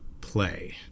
play